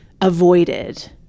avoided